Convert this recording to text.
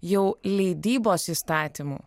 jau leidybos įstatymų